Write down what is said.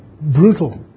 brutal